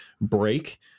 break